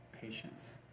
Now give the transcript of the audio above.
patience